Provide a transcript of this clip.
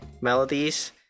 melodies